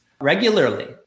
regularly